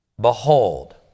behold